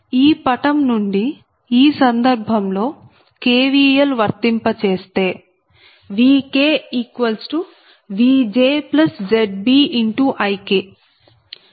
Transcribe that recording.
ఈ పటం నుండి ఈ సందర్భంలో KVL వర్తింప చేస్తే VkVjZbIk